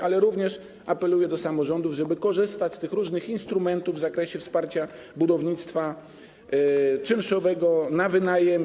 Apeluję również do samorządów, żeby korzystać z tych różnych instrumentów w zakresie wsparcia budownictwa czynszowego na wynajem.